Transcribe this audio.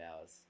hours